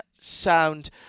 sound